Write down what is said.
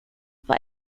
vad